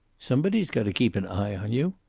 somebody's got to keep an eye on you.